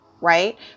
Right